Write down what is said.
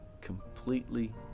completely